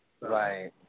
Right